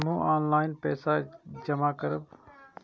हमू ऑनलाईनपेसा के जमा करब?